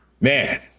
man